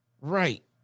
Right